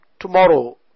tomorrow